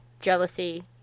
jealousy